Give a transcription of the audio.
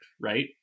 right